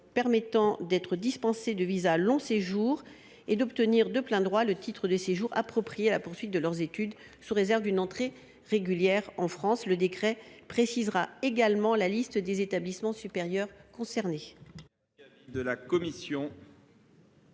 permettant d’être dispensés de visa de long séjour et d’obtenir de plein droit le titre de séjour approprié à la poursuite de leurs études, sous réserve d’une entrée régulière en France. Le décret précisera également la liste des établissements supérieurs concernés.